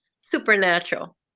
supernatural